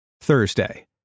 Thursday